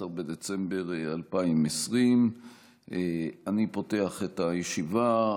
14 בדצמבר 2020. אני פותח את הישיבה.